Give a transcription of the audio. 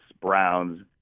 Browns